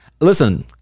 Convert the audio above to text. listen